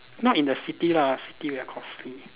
not in the city lah city very costly